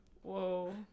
whoa